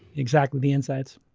exactly the insights.